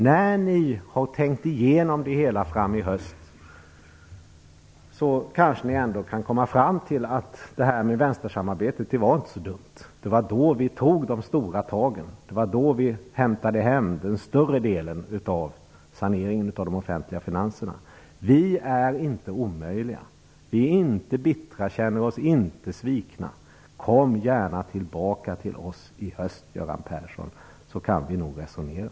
När ni har tänkt igenom det hela framåt hösten kanske ni ändå kan komma fram till att vänstersamarbetet inte var så dumt, att det var då vi tog de stora tagen och hämtade hem den större delen av saneringen av de offentliga finanserna. Vi är inte omöjliga. Vi är inte bittra och känner oss inte svikna. Kom gärna tillbaka till oss i höst, Göran Persson, så kan vi nog resonera.